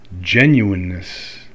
genuineness